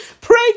Pray